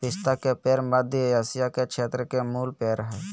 पिस्ता के पेड़ मध्य एशिया के क्षेत्र के मूल पेड़ हइ